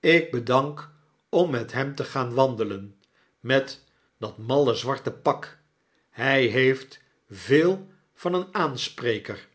ik bedank om met hem te gaan wandelen met dat malle zwartepak hy heeft veel van een aanspreker